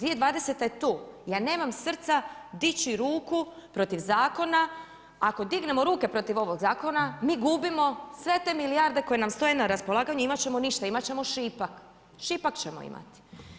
2020. je tu, ja nemam srca dići ruku protiv zakona, ako dignemo ruke protiv ovog zakon, mi gubimo sve te milijarde koje nam stoje na raspolaganju, imat ćemo ništa, imat ćemo šipak, šipak ćemo imati.